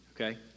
Okay